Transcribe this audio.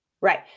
right